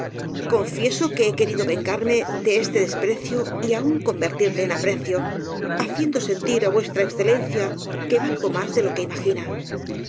confieso que he querido vengarme de este desprecio y aun con vertirle en aprecio haciendo sentir á v e que valgo más de lo que imagina